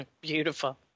Beautiful